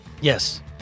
yes